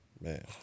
Man